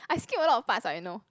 I skip a lot of parts I know